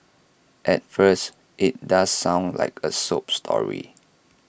at first IT does sound like A sob story